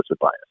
bias